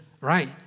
right